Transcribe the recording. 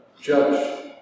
judge